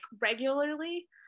regularly